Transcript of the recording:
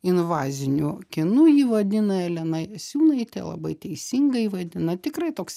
invaziniu kinu jį vadina elena jasiūnaitė labai teisingai vadina tikrai toks